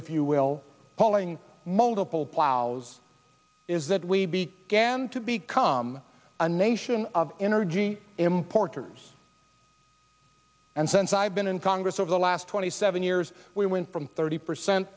if you will hauling multiple plows is that we began to be come a nation of energy importers and since i've been in congress over the last twenty seven years we went from thirty percent